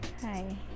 Hi